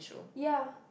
ya